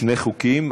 שני חוקים.